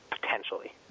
potentially